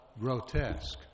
grotesque